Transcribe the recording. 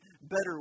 Better